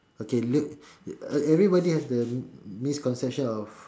okay Leo everybody has the misconception of